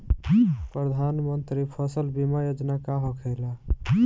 प्रधानमंत्री फसल बीमा योजना का होखेला?